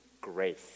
grace